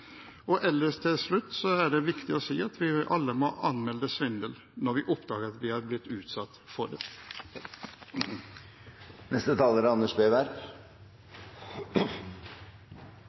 Til slutt er det viktig å si at vi alle må anmelde svindel når vi oppdager at vi er blitt utsatt for det.